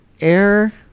air